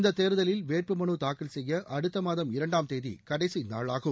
இந்த தேர்தலில் வேட்பு மனு தாக்கல் செய்ய அடுத்த மாதம் இரண்டாம் தேதி கடைசி நாளாகும்